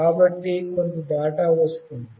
కాబట్టి కొంత డేటా వస్తోంది